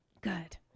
Good